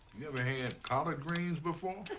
you ever had collard greens before?